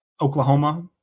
Oklahoma